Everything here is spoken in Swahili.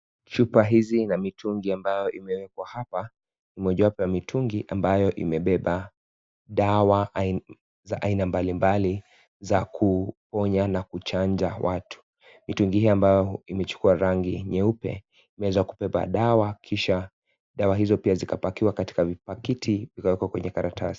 Chuba hizi na mitungi ambayo imewekwa hapa ni mojawapo ya mitungi ambayo imebeba dawa za aina mbalimbali za kuponya na kuchanja watu. Mitungi hii ambayo imechukua rangi nyeupe zimeweza kubeba na kisha dawa hizo pia zikapakiwa katika pakiti na zikawekwa kwenye karatasi.